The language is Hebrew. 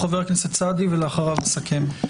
חבר הכנסת סעדי, בבקשה, ואחריו נסכם.